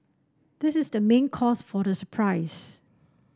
this is the main cause for the surprise